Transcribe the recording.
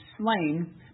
slain